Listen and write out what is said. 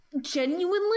genuinely